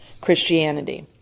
Christianity